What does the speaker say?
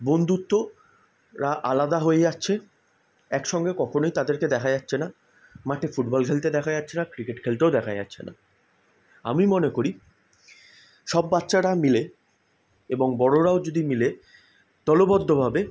বন্ধুত্বরা আলাদা হয়ে যাচ্ছে একসঙ্গে কখনোই তাদেরকে দেখা যাচ্ছে না মাঠে ফুটবল খেলতে দেখা যাচ্ছে না ক্রিকেট খেলতেও দেখা যাচ্ছে না আমি মনে করি সব বাচ্চারা মিলে এবং বড়রাও যদি মিলে দলবদ্ধভাবে